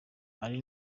ari